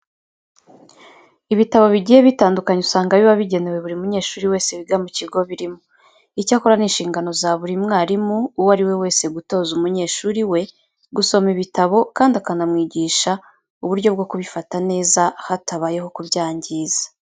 Ibitabo bigiye butandukanye usanga biba bigenewe buri munyeshuri wese wiga mu kigo birimo. Icyakora ni inshingano za buri mwarimu uwo ari we wese gutoza umunyeshuri we gusoma ibitabo kandi akanamwigisha uburyo bwo kubifata neza hatabayeho kubyangiza.